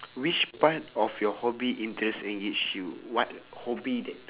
which part of your hobby interest engage you what hobby that